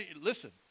Listen